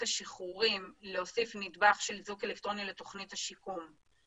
השחרורים להוסיף נדבך של איזוק אלקטרוני לתכנית השיקום.